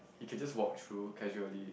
you can just walk through causally